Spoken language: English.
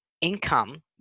income